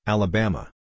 Alabama